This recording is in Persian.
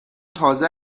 تازه